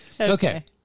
Okay